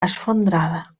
esfondrada